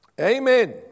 Amen